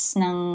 ng